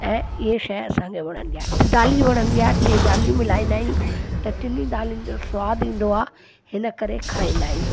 ऐं इहे शइ असांखे वणंदी आहे टिदाली वणंदी आहे टिदाली मिलाईंदा आहियूं त टिनी दालनि जो स्वादु ईंदो आहे हिन करे खाईंदा आहियूं